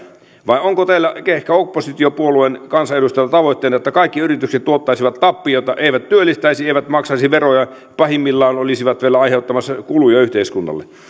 vai onko teillä ehkä oppositiopuolueiden kansanedustajilla tavoitteena että kaikki yritykset tuottaisivat tappiota eivät työllistäisi eivät maksaisi veroja pahimmillaan olisivat vielä aiheuttamassa kuluja yhteiskunnalle